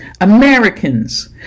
Americans